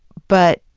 but